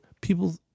people